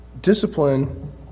Discipline